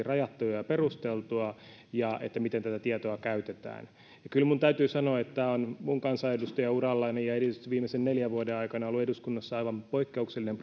rajattua ja perusteltua ja siinä miten tätä tietoa käytetään kyllä minun täytyy sanoa että tämä on minun kansanedustajaurallani ja erityisesti viimeisen neljän vuoden aikana ollut eduskunnassa aivan poikkeuksellinen